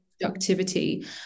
productivity